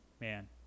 man